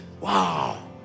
wow